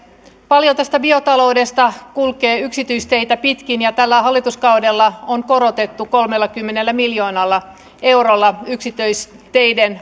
paljon tästä biotaloudesta kulkee yksityisteitä pitkin ja tällä hallituskaudella on korotettu kolmellakymmenellä miljoonalla eurolla yksityisteiden